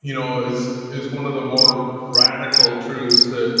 you know is is one of the more radical? truths that